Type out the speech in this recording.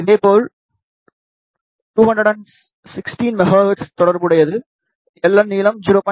இதேபோல் 216 மெகா ஹெர்ட்ஸுடன் தொடர்புடையது Ln நீளம் 0